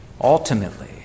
ultimately